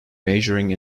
majoring